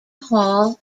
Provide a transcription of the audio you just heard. hall